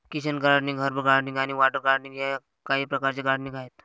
kitchen gardening, herb gardening आणि water gardening हे काही प्रकारचे गार्डनिंग आहेत